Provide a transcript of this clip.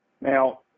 Now